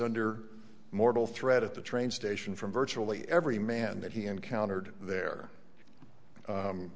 under mortal threat at the train station from virtually every man that he encountered there